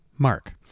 mark